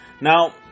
Now